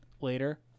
later